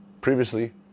previously